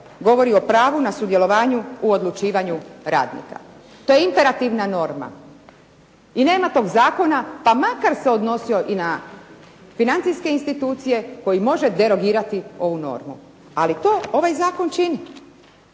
govori o pravu na sudjelovanje u odlučivanju radnika. To je imperativna norma i nema toga zakona, pa makar se odnosio i na financijske institucije koji može derogirati ovu normu. Ali to ovaj zakon čini.